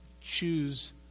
choose